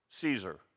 Caesar